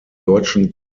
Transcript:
deutschen